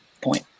point